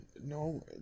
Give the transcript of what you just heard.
No